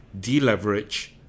deleverage